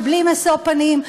ובלי משוא פנים.